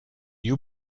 you